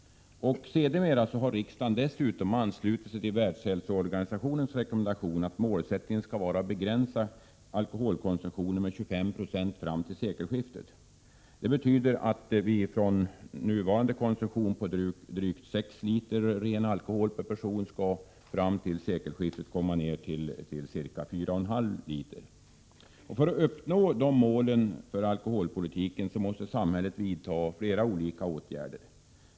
Sedermera har riksdagen dessutom anslutit sig till Världshälsoorganisationens rekommendation att målsättningen skall vara att begränsa alkoholkonsumtionen med 25 96 fram till sekelskiftet. Detta betyder att vi från nuvarande konsumtion på drygt 6 liter ren alkohol per person skall komma ned till ca 4,5 liter fram till sekelskiftet. För att uppnå detta mål för alkoholpolitiken måste samhället vidta flera olika åtgärder.